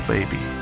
Baby